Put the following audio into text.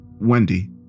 Wendy